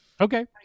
Okay